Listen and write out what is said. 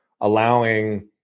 allowing